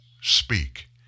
speak